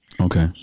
Okay